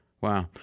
Wow